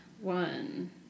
one